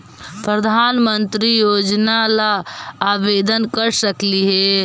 प्रधानमंत्री योजना ला आवेदन कर सकली हे?